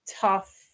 tough